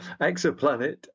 exoplanet